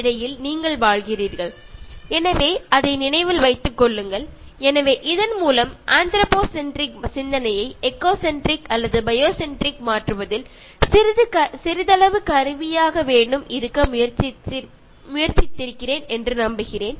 ഇത്രയും കാര്യങ്ങൾ പറഞ്ഞു കൊണ്ട് ഞാൻ കുറച്ചെങ്കിലും നിങ്ങളുടെ മനുഷ്യ കേന്ദ്രീകൃതമായ മനസ്ഥിതിയെ ഒരു ജൈവ കേന്ദ്രീകൃത മനസ്ഥിതിയിലേക്ക് എത്തിക്കാൻ ശ്രമിച്ചു എന്ന് വിചാരിക്കുന്നു